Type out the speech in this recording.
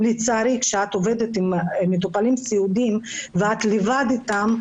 לצערי כשאת עובדת עם מטופלים סיעודיים ואת לבד אתם,